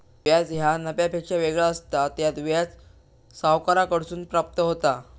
व्याज ह्या नफ्यापेक्षा वेगळा असता, त्यात व्याज सावकाराकडसून प्राप्त होता